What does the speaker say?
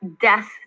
death